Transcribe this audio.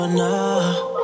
now